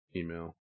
email